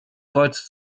kreuz